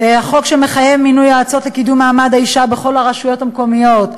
החוק שמחייב מינוי יועצות לקידום מעמד האישה בכל הרשויות המקומיות,